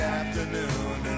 afternoon